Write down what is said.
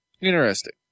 Interesting